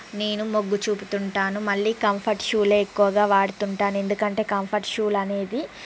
నేను మగ్గు చూపుతుంటాను మళ్ళీ కంఫర్ట్ షూలే ఎక్కువగా వాడుతుంటాను ఎందుకంటే కంఫర్ట్ షూలు అనేవి